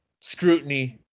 scrutiny